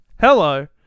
Hello